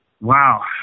Wow